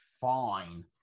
fine